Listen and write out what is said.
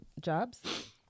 jobs